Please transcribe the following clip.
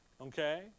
Okay